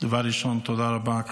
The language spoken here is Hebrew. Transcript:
דבר ראשון תודה רבה,